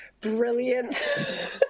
brilliant